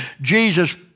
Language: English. Jesus